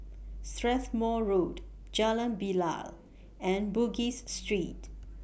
Strathmore Road Jalan Bilal and Bugis Street